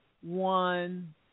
one